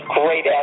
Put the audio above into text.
Great